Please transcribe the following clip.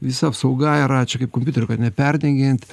visa apsauga yra čia kaip kompiuteriu kad neperdegint